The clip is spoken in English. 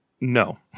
No